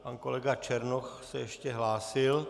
Pan kolega Černoch se ještě hlásil.